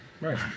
Right